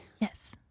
Yes